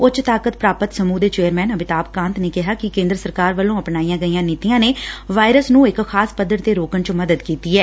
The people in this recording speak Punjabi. ਉੱਚ ਤਾਕਤ ਪ੍ਰਾਪਤ ਸਮੂਹ ਦੇ ਚੇਅਰਸੈਨ ਅਮਿਤਾਭ ਕਾਂਤ ਨੇ ਕਿਹੈ ਕਿ ਕੇਂਦਰ ਸਰਕਾਰ ਵੱਲੋਂ ਅਪਣਾਈਆਂ ਗਈਆਂ ਨੀਤੀਆਂ ਨੇ ਵਾਇਰਸ ਨੰ ਇਕ ਖ਼ਾਸ ਪੱਧਰ ਤੇ ਰੋਕਣ ਚ ਮਦਦ ਕੀਤੀ ਐ